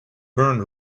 burned